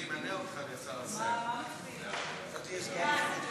ההצעה להעביר את